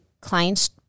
client's